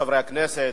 חברי הכנסת,